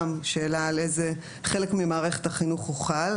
גם שאלה על איזה חלק ממערכת החינוך הוא חל?